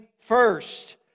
first